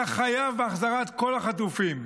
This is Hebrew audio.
אתה חייב בהחזרת כל החטופים,